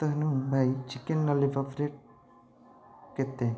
ତେଣୁ ଭାଇ chicken lollipop rate କେତେ